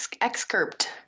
excerpt